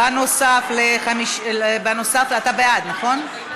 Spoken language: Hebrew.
בנוסף, אתה בעד, כן?